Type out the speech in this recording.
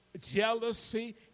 jealousy